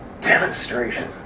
Demonstration